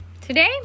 Today